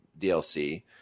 DLC